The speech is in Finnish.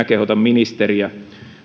kehotan ministeriä